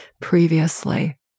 previously